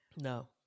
No